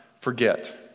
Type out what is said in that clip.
forget